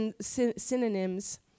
Synonyms